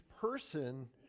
person